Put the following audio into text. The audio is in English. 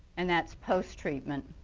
and that's post treatment.